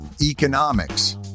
economics